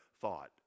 thought